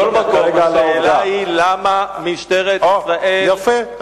מכל מקום, השאלה היא למה משטרת ישראל, יפה.